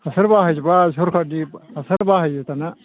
हासार बाहायजोब्बाय सोरखारनि हासार बाहायो दाना